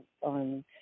on